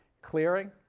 clearing.